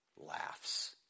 laughs